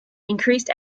increased